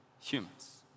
humans